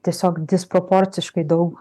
tiesiog disproporciškai daug